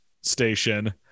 station